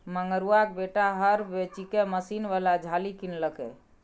मंगरुआक बेटा हर बेचिकए मशीन बला झालि किनलकै